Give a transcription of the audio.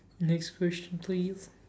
next question please